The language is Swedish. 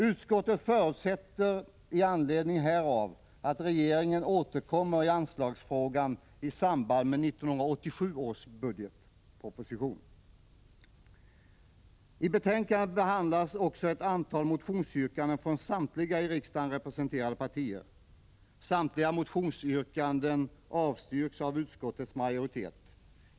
Utskottet förutsätter i anledning härav att regeringen återkommer i anslagsfrågan i samband med 1987 års budgetproposition. I betänkandet behandlas också ett antal motionsyrkanden från alla i riksdagen representerade partier. Samtliga dessa yrkanden avstyrks av utskottets majoritet.